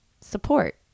support